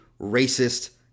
racist